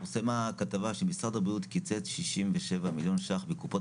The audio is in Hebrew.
פורסמה כתבה שמשרד הבריאות קיצץ 67 מיליון שקלים בקופות